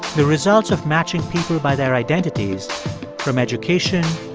the results of matching people by their identities from education,